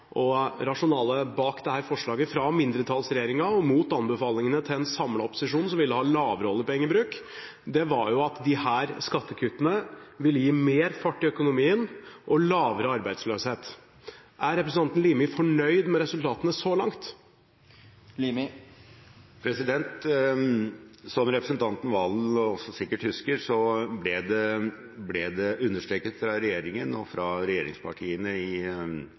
befolkningen. Rasjonale bak dette forslaget fra mindretallsregjeringen, og mot anbefalingene fra en samlet opposisjon, som ville ha lavere oljepengebruk, var at disse skattekuttene vil gi mer fart i økonomien og lavere arbeidsløshet. Er representanten Limi fornøyd med resultatene så langt? Som representanten Serigstad Valen også sikkert husker, ble det understreket fra regjeringen og fra regjeringspartiene i